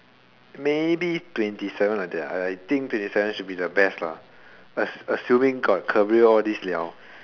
maybe twenty seven like that lah I think twenty seven should be the best lah ass~ assuming got career all this [liao]